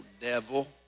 devil